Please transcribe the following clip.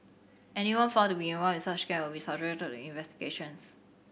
anyone found to be involved in such scams will be subjected to investigations